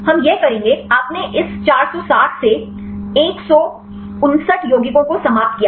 हम यह करेंगे आपने इस 460 से 159 यौगिकों को समाप्त किया